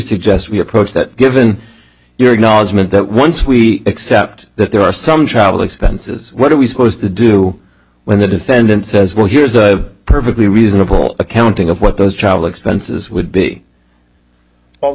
suggest we approach that given your acknowledgement that once we accept that there are some travel expenses what are we supposed to do when the defendant says well here's a perfectly reasonable accounting of what those travel expenses would be